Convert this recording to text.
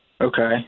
Okay